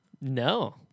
no